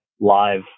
live